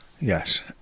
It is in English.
yes